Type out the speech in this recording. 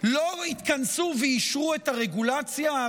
לא התכנסו ואישרו את הרגולציה.